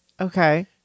okay